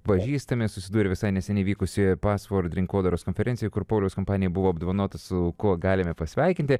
pažįstame susidūrę ir visai neseniai vykusioje pasvord rinkodaros konferencijoje kur pauliaus kompanija buvo apdovanota su kuo galime pasveikinti